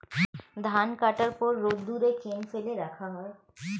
ধান কাটার পর রোদ্দুরে কেন ফেলে রাখা হয়?